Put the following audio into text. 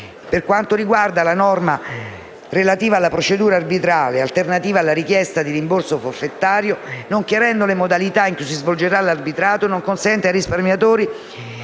dal giudice; la norma relativa alla procedura arbitrale, alternativa alla richiesta di rimborso forfettario, non chiarendo le modalità in cui si svolgerà l'arbitrato, non consente ai risparmiatori